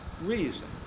reason